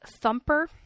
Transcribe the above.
Thumper